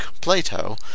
Plato